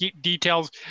details